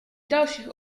dalších